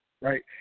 right